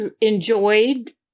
enjoyed